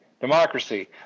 democracy